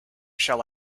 shall